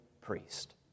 priest